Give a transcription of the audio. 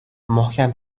محکم